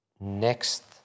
next